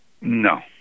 no